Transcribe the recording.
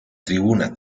tribuna